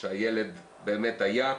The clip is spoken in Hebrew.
שהילד באמת היה,